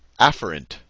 afferent